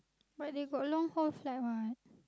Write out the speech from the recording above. but they got long haul flight what